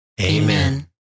Amen